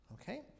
Okay